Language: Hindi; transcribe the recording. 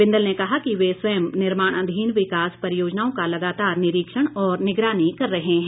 बिंदल ने कहा कि वे स्वयं निर्माणाधीन विकास परियोजनाओं का लगातार निरीक्षण और निगरानी कर रहे हैं